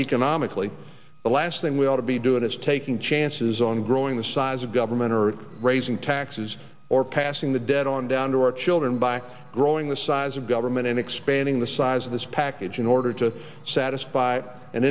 economically the last thing we ought to be doing is taking chances on growing the size of government earth raising taxes or passing the debt on down to our children by growing the size of government and expanding the size of this package in order to satisfy an